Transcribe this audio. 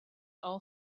all